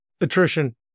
Attrition